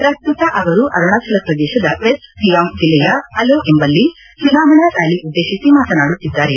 ಪ್ರಸ್ತುತ ಅವರು ಅರುಣಾಚಲ ಪ್ರದೇಶದ ವೆಸ್ಟ್ ಸಿಯಾಂಗ್ ಜಿಲ್ಲೆಯ ಅಲೋ ಎಂಬಲ್ಲಿ ಚುನಾವಣಾ ರ್್ಾಲಿಯನ್ನು ಉದ್ದೇಶಿಸಿ ಮಾತನಾಡುತ್ತಿದ್ದಾರೆ